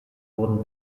wurden